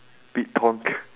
big talk